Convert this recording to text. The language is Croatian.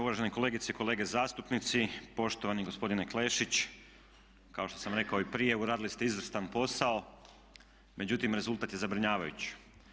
Uvažene kolegice i kolege zastupnici, poštovani gospodine Klešić kao što sam rekao i prije uradili ste izvrstan posao međutim rezultat je zabrinjavajući.